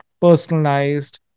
personalized